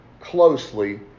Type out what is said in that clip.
closely